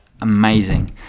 amazing